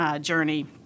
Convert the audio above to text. journey